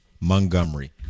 Montgomery